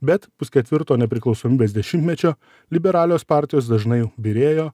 bet pusketvirto nepriklausomybės dešimtmečio liberalios partijos dažnai byrėjo